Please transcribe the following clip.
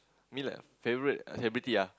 mean like favourite celebrity ah